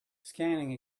scanning